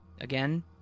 Again